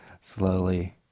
slowly